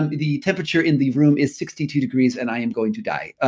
and the temperature in the room is sixty two degrees and i am going to die.